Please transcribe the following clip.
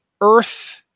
earth